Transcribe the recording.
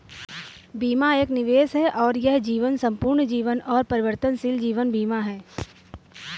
बीमा एक निवेश है और यह जीवन, संपूर्ण जीवन और परिवर्तनशील जीवन बीमा है